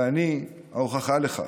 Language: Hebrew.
ואני ההוכחה לכך.